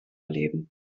erleben